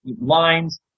lines